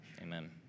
Amen